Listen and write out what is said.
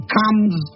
comes